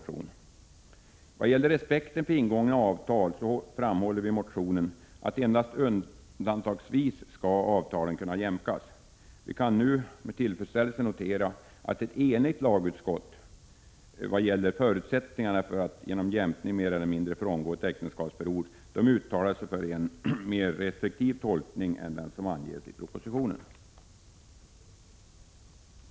I vad gäller respekten för ingångna avtal framhåller vi i vår motion att avtalen endast undantagsvis skall kunna jämkas. Vi kan nu med tillfredsställelse notera att ett enigt lagutskott i vad gäller förutsättningarna för att genom jämkning mer eller mindre frångå ett äktenskapsförord uttalar sig för en mer restriktiv tolkning än den som anges i propositionen.